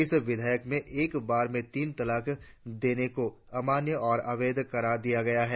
इस विधेयक में एक बार में तीन तलाक देने को अमान्य और अवैध करार दिया गया है